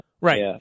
Right